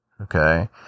Okay